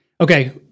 Okay